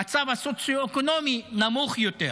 המצב הסוציו-אקונומי נמוך יותר,